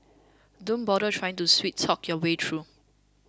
don't bother trying to sweet talk your way through